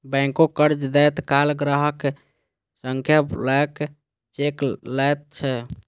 बैंको कर्ज दैत काल ग्राहक सं ब्लैंक चेक लैत छै